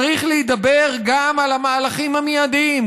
צריך להידבר גם על המהלכים המיידיים,